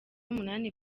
umunani